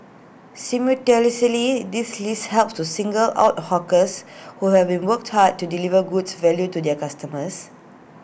simultaneously this list helps to single out hawkers who have been worked hard to deliver goods value to their customers